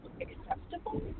acceptable